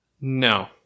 No